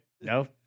No